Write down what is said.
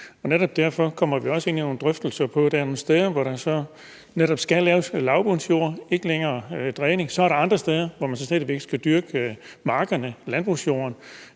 derfor kommer vi også ind i nogle drøftelser om, at der er nogle steder, hvor der så netop skal laves lavbundsjord og ikke længere dræning. Så er der andre steder, hvor man stadig væk skal dyrke markerne, landbrugsjorden.